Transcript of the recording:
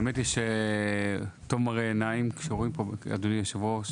אדוני היושב-ראש,